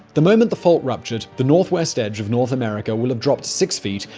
the moment the fault ruptured, the northwest edge of north america will have dropped six feet,